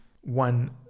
one